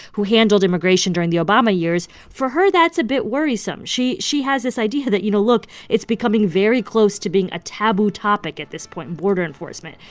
who handled immigration during the obama years, for her, that's a bit worrisome. she she has this idea that, you know, look it's becoming very close to being a taboo topic at this point, border enforcement.